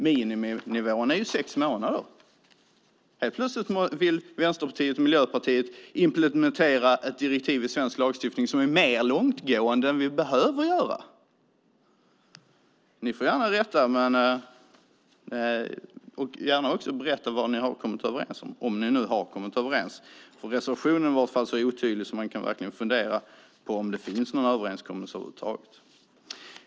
Miniminivån är sex månader. Helt plötsligt vill Vänsterpartiet och Miljöpartiet implementera ett direktiv i svensk lagstiftning på ett sätt som är mer långtgående än vad som är nödvändigt. Ni får gärna rätta mig och berätta vad ni har kommit överens om, om ni nu har kommit överens. Reservationen var i alla fall så otydlig att man verkligen kan fundera på om det finns någon överenskommelse över huvud taget.